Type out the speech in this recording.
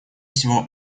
всего